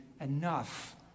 enough